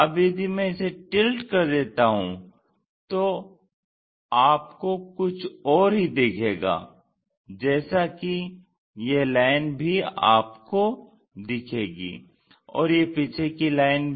अब यदि मैं इसे टिल्ट कर देता हूँ तो आप को कुछ और ही दिखेगा जैसा कि यह लाइन भी आपको दिखेगी और यह पीछे कि लाइन भी